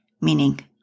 Meaning